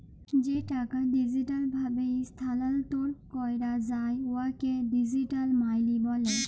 যে টাকা ডিজিটাল ভাবে ইস্থালাল্তর ক্যরা যায় উয়াকে ডিজিটাল মালি ব্যলে